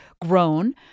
grown